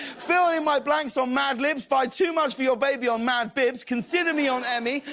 fill in my blanks on madlibs. buy too much for your baby on madbibs. consider me on emmy.